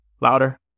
Louder